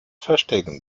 verstecken